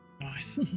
nice